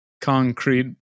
concrete